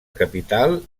capital